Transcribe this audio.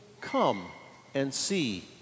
come-and-see